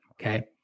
Okay